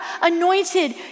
anointed